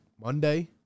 Monday